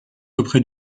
auprès